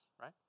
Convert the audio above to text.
right